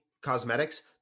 cosmetics